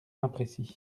imprécis